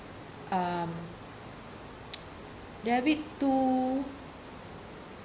um they are a bit too